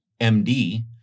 MD